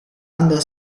anda